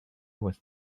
was